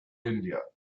india